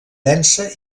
densa